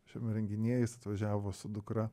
šiame renginyje jis atvažiavo su dukra